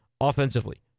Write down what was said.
offensively